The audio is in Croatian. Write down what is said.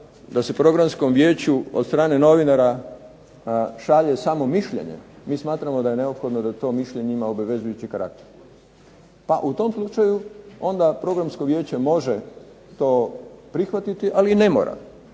da se programskom vijeću od strane novinara šalje samo mišljenje, mi smatramo da je neophodno da to mišljenje ima obavezujući karakter. Pa u tom slučaju onda programsko vijeće može to prihvatiti, ali i ne mora.